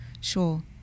Sure